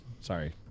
Sorry